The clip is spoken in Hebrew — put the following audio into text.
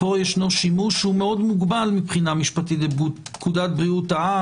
פה יש שימוש מאוד מוגבל משפטית פקודת בריאות העם.